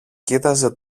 κοίταζε